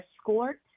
escort